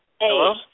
Hello